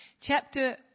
chapter